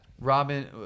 Robin